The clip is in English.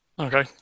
Okay